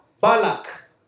Balak